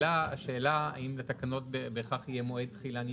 השאלה האם לתקנות בהכרח יהיה מועד תחילה נדחה,